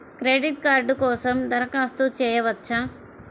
Credit card కోసం దరఖాస్తు చేయవచ్చా?